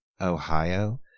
ohio